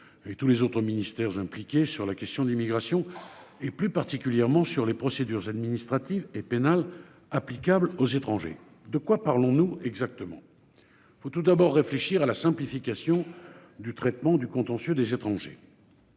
et tous les autres ministères impliqués sur la question de l'immigration et plus particulièrement sur les procédures administratives et pénales applicables aux étrangers de quoi parlons-nous exactement. Il faut tout d'abord réfléchir à la simplification. Du traitement du contentieux des étrangers.--